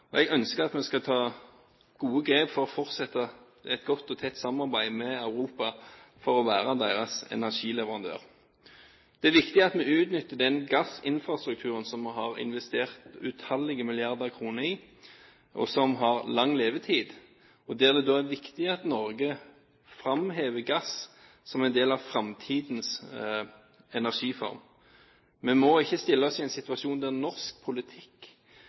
over. Jeg ønsker at vi skal ta gode grep for å fortsette et godt og tett samarbeid med Europa for å være deres energileverandør. Det er viktig at vi utnytter den gassinfrastrukturen som vi har investert utallige milliarder kroner i, og som har lang levetid. Og det er viktig at Norge framhever gass som en del av framtidens energiform. Vi må ikke stille oss i en situasjon der norsk politikk